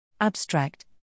Abstract